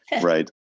right